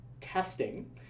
testing